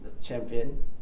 champion